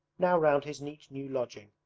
now round his neat new lodging,